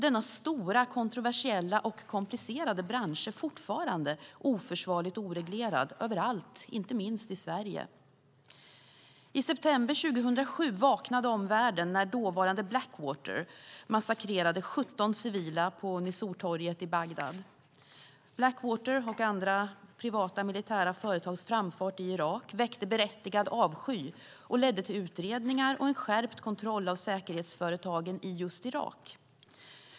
Denna stora, kontroversiella och komplicerade bransch är fortfarande oförsvarligt oreglerad överallt, inte minst i Sverige. I september 2007 vaknade omvärlden när dåvarande Blackwater massakrerade 17 civila på Nisourtorget i Bagdad. Blackwater och andra privata militära företags framfart i Irak väckte berättigad avsky och ledde till utredningar och en skärpt kontroll av säkerhetsföretagen i just Irak.